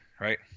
right